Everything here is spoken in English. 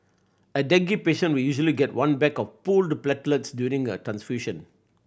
a dengue patient will usually get one bag of pooled platelets during a transfusion